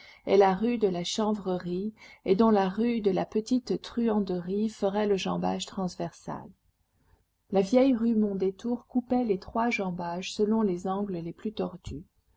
et la rue de la chanvrerie et dont la rue de la petite truanderie ferait le jambage transversal la vieille rue mondétour coupait les trois jambages selon les angles les plus tortus